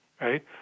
Right